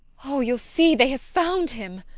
oh, you'll see, they have found him!